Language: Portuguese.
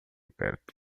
perto